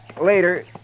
later